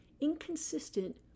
inconsistent